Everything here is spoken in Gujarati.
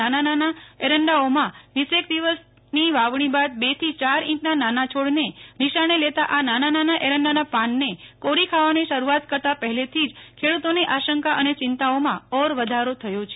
નાના નાના એરંડાઓમાં વીસેક દિવસની વાવણી બાદ બેથી ચાર ઇંચના નાના છોડને નિશાને લેતા આ નાના નાના એરંડાના પાનને કોરી ખાવાની શરૂઆત કરતા પહેલેથી જ ખેડૂતોની આશંકા અને ચિંતાઓમાં ઓર વધારો થયો છે